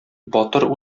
батыр